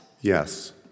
Yes